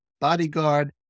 bodyguard